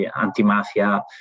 anti-mafia